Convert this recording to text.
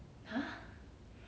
ya ya got all those